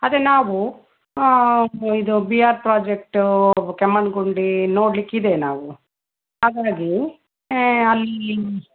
ಅದೆ ನಾವು ಇದು ಬಿ ಆರ್ ಪ್ರಾಜೆಕ್ಟೂ ಕೆಮ್ಮಣ್ಗುಂಡೀ ನೋಡಲಿಕ್ಕೆ ನಾವು ಹಾಗಾಗಿ ಅಲ್ಲಿ